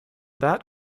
that